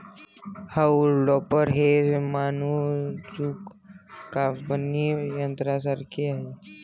haulm topper हे नाजूक कापणी यंत्रासारखे आहे